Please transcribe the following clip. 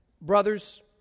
Brothers